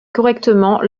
correctement